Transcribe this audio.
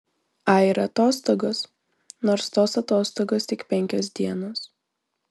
ai ir atostogos nors tos atostogos tik penkios dienos